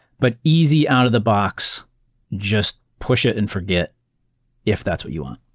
but easy out-of-the-box, just push it and forget if that's what you want.